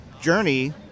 journey